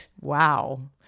Wow